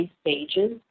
stages